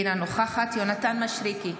אינה נוכחת יונתן מישרקי,